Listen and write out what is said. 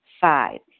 Five